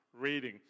reading